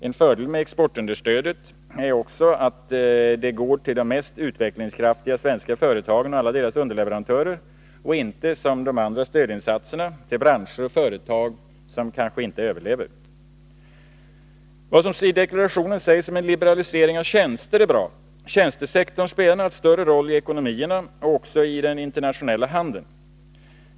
En fördel med exportunderstödet är också att det går till de mest utvecklingskraftiga svenska företagen och alla deras underleverantörer och inte, som de andra stödinsatserna, till branscher och företag som kanske inte överlever. Vad som sägs i deklarationen om en liberalisering av tjänster är bra. Tjänstesektorn spelar en allt större roll i ekonomierna och också i den internationella handeln.